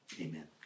Amen